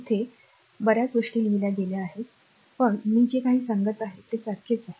इथे बर्याच गोष्टी लिहिल्या गेल्या आहेत पण मी जे काही सांगत आहे ते सारखेच आहे